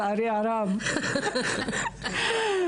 הצרפתי.